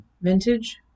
vintage